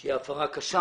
שהיא הפרה קשה,